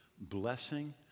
blessing